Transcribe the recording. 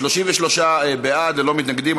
33 בעד, ללא מתנגדים.